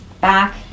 back